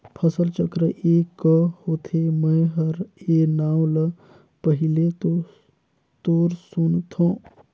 फसल चक्र ए क होथे? मै हर ए नांव ल पहिले तोर सुनथों